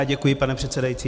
Děkuji, pane předsedající.